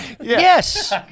Yes